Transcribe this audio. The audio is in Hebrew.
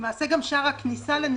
שער הכניסה לנכות,